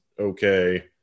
okay